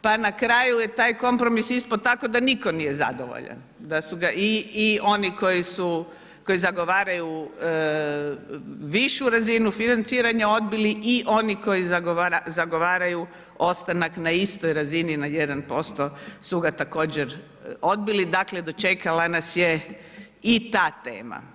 pa na kraju je taj kompromis ispao tako da nitko nije zadovoljan, da su ga i oni koji zagovaraju višu razinu financiranja odbili i oni koji zagovaraju ostanak na istoj razini, na 1% su ga također odbili, dakle dočekala nas je i ta tema.